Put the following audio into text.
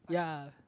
ya